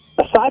Aside